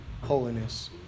holiness